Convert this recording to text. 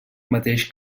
mateix